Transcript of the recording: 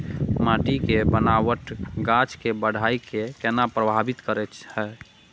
माटी के बनावट गाछ के बाइढ़ के केना प्रभावित करय हय?